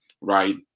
right